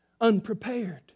unprepared